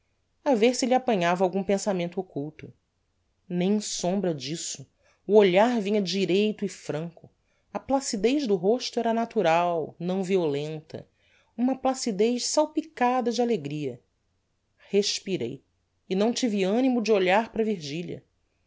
a ver se lhe apanhava algum pensamento occulto nem sombra disso o olhar vinha direito e franco a placidez do rosto era natural não violenta uma placidez salpicada de alegria respirei e não tive animo de olhar para virgilia